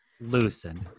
Loosen